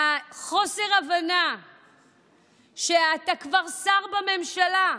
חוסר ההבנה שאתה כבר שר בממשלה.